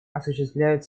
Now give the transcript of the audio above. осуществляют